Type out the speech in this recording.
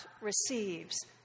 receives